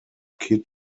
kit